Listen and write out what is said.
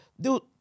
dude